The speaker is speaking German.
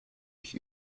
ich